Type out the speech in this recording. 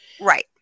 Right